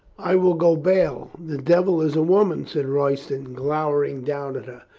i will go bail the devil is a woman, said roy ston, glowering down at her.